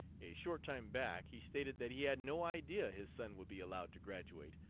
a short time back he stated that he had no idea his son would be allowed to graduate,